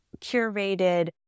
curated